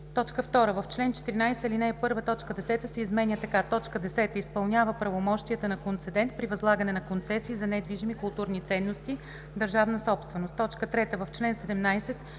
2. В чл. 14, ал. 1 т. 10 се изменя така: „10. изпълнява правомощията на концедент при възлагане на концесии за недвижими културни ценности – държавна собственост;“. 3. В чл. 17: